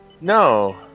no